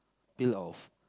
peel off